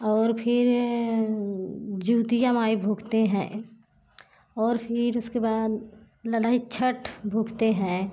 और फिर जुतिया माई भुखते हैं और फिर उसके बाद लालाइत छठ भुखते हैं